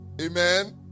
Amen